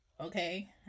okay